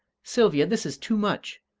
sylvia, this is too much!